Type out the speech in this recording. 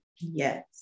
Yes